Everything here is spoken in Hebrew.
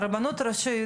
הרבנות הראשית